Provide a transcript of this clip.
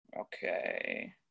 Okay